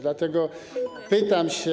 Dlatego pytam się.